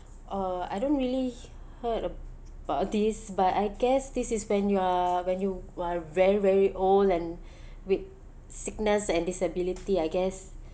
uh I don't really heard about this but I guess this is when you are when you are very very old and weak sickness and disability I guess